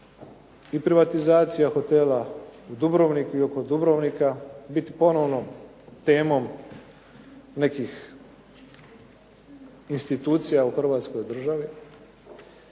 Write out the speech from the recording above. i privatizacija hotela u Dubrovniku i oko Dubrovnika biti ponovno temom nekih institucija u hrvatskoj državi,